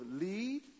lead